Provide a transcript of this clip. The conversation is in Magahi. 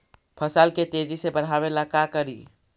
फसल के तेजी से बढ़ाबे ला का करि?